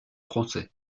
français